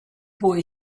boy